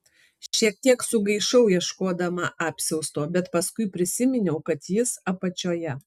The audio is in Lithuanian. šiek tiek sugaišau ieškodama apsiausto bet paskui prisiminiau kad jis apačioje